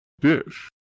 dish